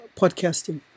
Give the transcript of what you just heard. podcasting